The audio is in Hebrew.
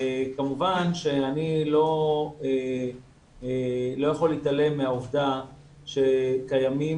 כמובן שאני לא יכול להתעלם מהעובדה שקיימים